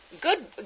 good